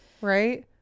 Right